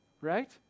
right